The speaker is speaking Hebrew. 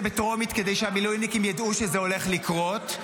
בטרומית כדי שהמילואימניקים יידעו שזזה הולך לקרות.